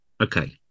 Okay